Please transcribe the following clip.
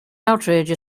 outrage